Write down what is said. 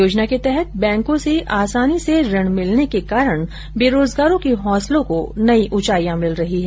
योजना के तहत बैंकों में आसानी से ऋण मिलने से बेरोजगारों के हौंसलो को नई ऊचाईयां मिल रही है